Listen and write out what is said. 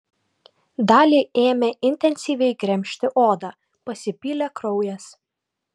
dali ėmė intensyviai gremžti odą pasipylė kraujas